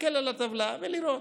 להסתכל על הטבלה ולראות: